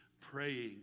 praying